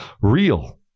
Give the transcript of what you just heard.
real